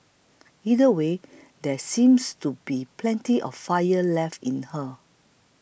either way there seems to be plenty of fire left in her